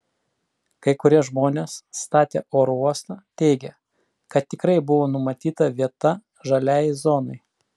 kai kurie žmonės statę oro uostą teigė kad tikrai buvo numatyta vieta žaliajai zonai